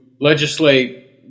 legislate